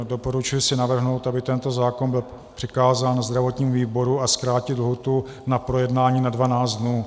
Dovoluji si navrhnout, aby tento zákon byl přikázán zdravotnímu výboru a zkrátit lhůtu na projednání na 12 dnů.